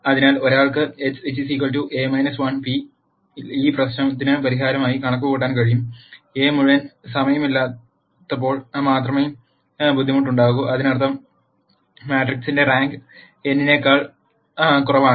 അതിനാൽ ഒരാൾക്ക് x A 1 p ഈ പ്രശ്നത്തിന് പരിഹാരമായി കണക്കുകൂട്ടാൻ കഴിയും എ മുഴുവൻ സമയമല്ലാത്തപ്പോൾ മാത്രമേ ബുദ്ധിമുട്ട് ഉണ്ടാകൂ അതിനർത്ഥം മാട്രിക്സിന്റെ റാങ്ക് n നേക്കാൾ കുറവാണ്